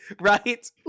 right